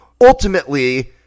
ultimately